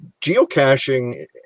geocaching